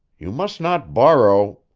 you must not borrow